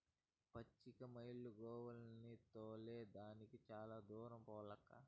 పచ్చిక బైలు గోవుల్ని తోలే దానికి చాలా దూరం పోవాలక్కా